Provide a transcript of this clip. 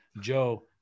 Joe